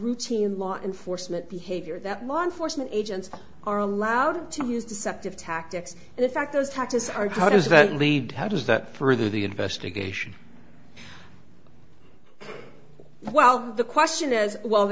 routine law enforcement behavior that law enforcement agents are allowed to use deceptive tactics and in fact those taxes are how does that lead how does that further the investigation well the question is well